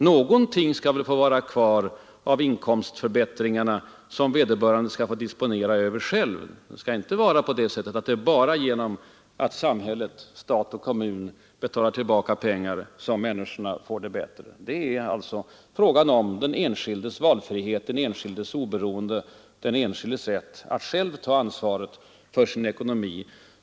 Någonting skall väl få vara kvar av lönehöjningarna som vederbörande får disponera själv; det skall inte vara bara genom att samhället — stat och kommun =— betalar tillbaka pengar som människorna får det bättre. Det är alltså fråga om den enskildes valfrihet, den enskildes oberoende och den enskildes rätt att själv ta ansvaret för sin ekonomi.